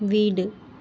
வீடு